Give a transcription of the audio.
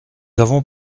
avons